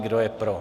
Kdo je pro?